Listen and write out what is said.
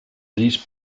these